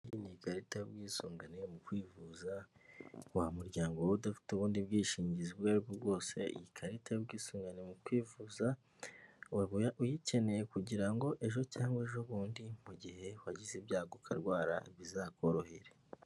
Iyi ni ikarita y'ubwisungane mu kwivuza, wa muryango we udafite ubundi bwishingizi ubwo aribwo bwose iyi karita y'ubwisungane mu kwivuza waba uyikeneye kugira ngo ejo cyangwa ejobundi mu gihe wagize ibyago ukarwara bizakorohere.